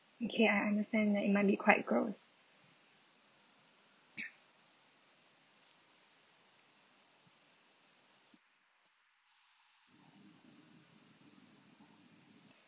okay I understand that it might be quite gross